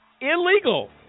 illegal